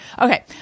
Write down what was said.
Okay